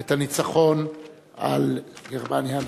את הניצחון על גרמניה הנאצית.